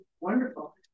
wonderful